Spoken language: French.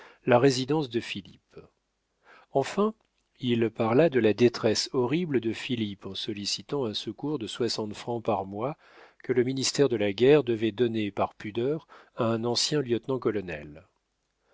la résidence de philippe enfin il parla de la détresse horrible de philippe en sollicitant un secours de soixante francs par mois que le ministère de la guerre devait donner par pudeur à un ancien lieutenant-colonel